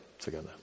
together